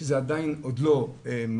שזה עדיין עוד לא מלא,